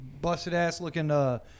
busted-ass-looking